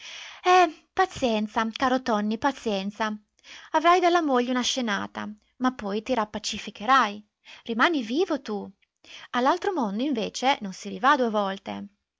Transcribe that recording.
eh pazienza caro tonni pazienza avrai dalla moglie una scenata ma poi ti rappacificherai rimani vivo tu all'altro mondo invece non si rivà due volte